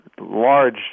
large